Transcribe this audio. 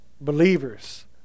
believers